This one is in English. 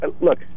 Look